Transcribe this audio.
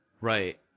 Right